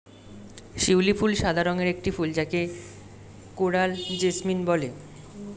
শিউলি ফুল সাদা রঙের একটি ফুল যাকে কোরাল জেসমিন বলে